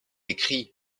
écrit